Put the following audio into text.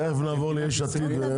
תכף נעבור ליש עתיד.